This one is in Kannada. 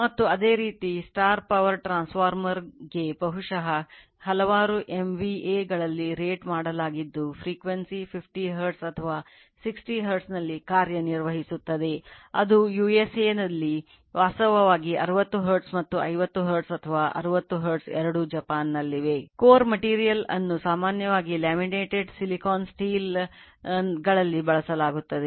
ಮತ್ತು ಅದೇ ರೀತಿ power transformer 50 ಹರ್ಟ್ಜ್ ಅಥವಾ 60 ಹರ್ಟ್ಜ್ನಲ್ಲಿ ಕಾರ್ಯನಿರ್ವಹಿಸುತ್ತದೆ ಅದು USA ನಲ್ಲಿ ವಾಸ್ತವವಾಗಿ 60 ಹರ್ಟ್ಜ್ ಮತ್ತು 50 ಹರ್ಟ್ಜ್ ಅಥವಾ 60 ಹರ್ಟ್ಜ್ ಎರಡೂ ಜಪಾನ್ನಲ್ಲಿವೆ